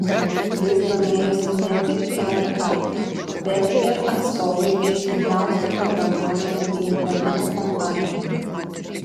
jais domėjosi ne tik rk bet ir atstovai iš didžiausių programavimo bei interneto kompanijų